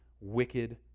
wicked